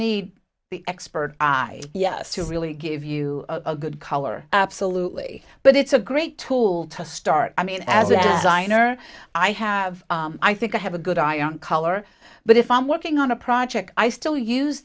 need the expert i yes to really give you a good color absolutely but it's a great tool to start i mean as a liner i have i think i have a good eye on color but if i'm working on a project i still use